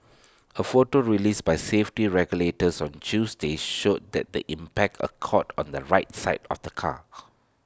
A photo released by safety regulators on Tuesday showed that the impact occurred on the right side of the car